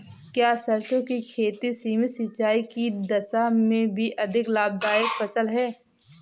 क्या सरसों की खेती सीमित सिंचाई की दशा में भी अधिक लाभदायक फसल है?